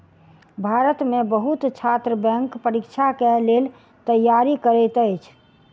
भारत में बहुत छात्र बैंक परीक्षा के लेल तैयारी करैत अछि